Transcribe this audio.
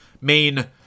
main